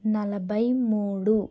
నలభై మూడు